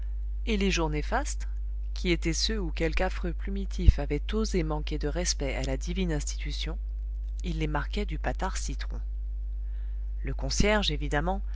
et les jours néfastes qui étaient ceux où quelque affreux plumitif avait osé manquer de respect à la divine institution il les marquait du patard citron le concierge évidemment